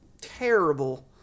terrible